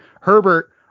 Herbert